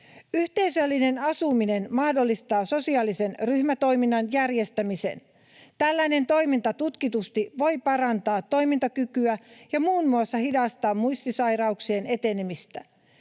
Yhteisöllinen asuminen mahdollistaa sosiaalisen ryhmätoiminnan järjestämisen. Tällainen toiminta tutkitusti voi parantaa toimintakykyä ja muun muassa hidastaa muistisairauksien etenemistä.